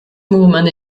movement